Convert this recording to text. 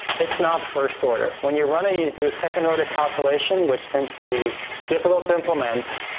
it's not first order. when you run it, you you do a second order calculation, which tends to be difficult to implement,